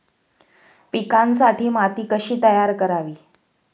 पिकांसाठी माती कशी तयार करावी?